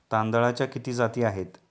तांदळाच्या किती जाती आहेत?